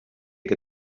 que